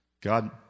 God